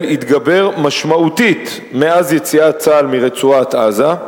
התגבר משמעותית מאז יציאת צה"ל מרצועת-עזה,